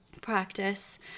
practice